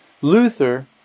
Luther